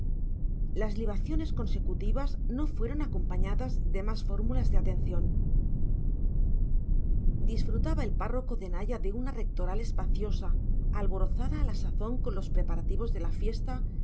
las libaciones consecutivas no fueron acompañadas de más fórmulas de atención disfrutaba el párroco de naya de una rectoral espaciosa alborozada a la sazón con los preparativos de la fiesta